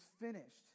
finished